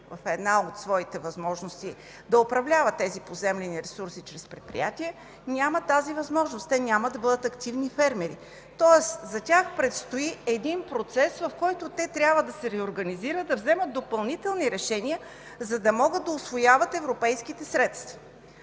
в една от своите възможности да управляват тези поземлени ресурси чрез предприятие, нямат тази възможност. Те няма да бъдат активни фермери. Тоест за тях предстои един процес, в който те трябва да се реорганизират, да вземат допълнителни решения, за да могат да усвояват европейските средства.